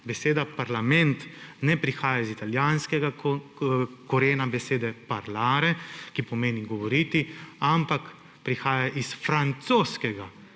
Beseda parlament ne prihaja iz italijanskega korena besede »parlare«, ki pomeni govoriti, ampak prihaja iz francoskega